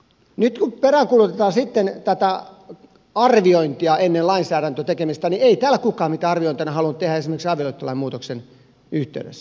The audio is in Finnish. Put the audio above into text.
nyt kun peräänkuulutetaan sitten tätä arviointia ennen lainsäädännön tekemistä niin ei täällä kukaan mitään arviointia halunnut tehdä esimerkiksi avioliittolain muutoksen yhteydessä